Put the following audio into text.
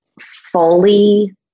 fully